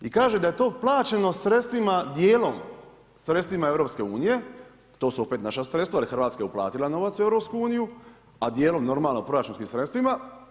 I kaže da je to plaćeno sredstvima, dijelom sredstvima EU, to su opet naša sredstva jer Hrvatska je uplatila novac u EU, a dijelom proračunskim sredstvima.